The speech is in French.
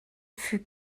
fut